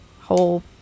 whole